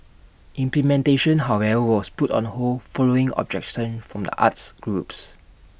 implementation however was put on hold following objection from the arts groups